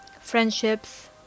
Friendships